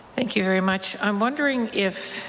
thank you very much. i'm wondering if